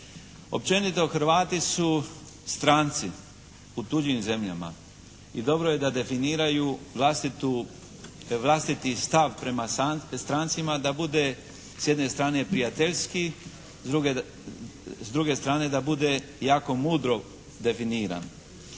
Općenito Hrvati su stranci u tuđim zemljama i dobro je da definiraju vlastiti stav prema strancima da bude s jedne strane prijateljski, s druge strane da bude jako mudro definiran.